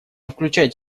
включать